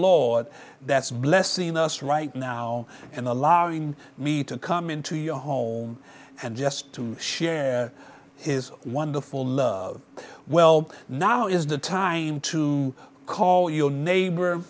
law that's blessing us right now and allowing me to come into your home and just to share his wonderful love well now is the time to call your n